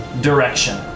direction